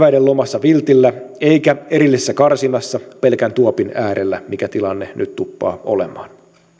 lomassa viltillä eikä erillisessä karsinassa pelkän tuopin äärellä mikä tilanne nyt tuppaa olemaan on myös